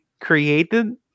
created